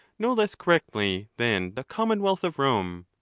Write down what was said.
no less correctly than the commonwealth of rome.